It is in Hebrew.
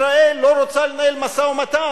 ישראל לא רוצה לנהל משא-ומתן,